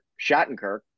Shattenkirk